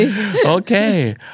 okay